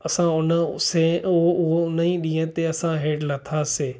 असां उन उसे उहो उन ई ॾींहं ते असां हेठ लथासीं